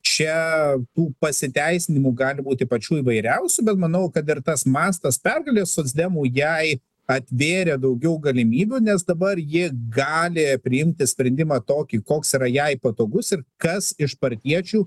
čia tų pasiteisinimų gali būti pačių įvairiausių bet manau kad dar tas mastas pergalės socdemų jai atvėrė daugiau galimybių nes dabar ji gali priimti sprendimą tokį koks yra jai patogus ir kas iš partiečių